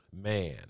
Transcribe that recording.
Man